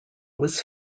was